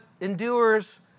endures